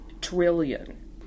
trillion